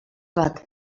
bat